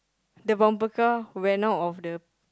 the bumper car went out of the